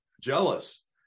jealous